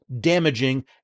damaging